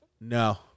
no